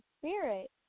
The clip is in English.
Spirit